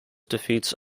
defeats